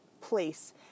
place